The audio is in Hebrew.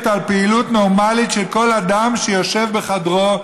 על פעילות נורמלית של כל אדם שיושב בחדרו,